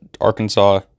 Arkansas